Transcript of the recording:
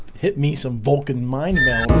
hit me some vulcan mind.